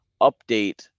update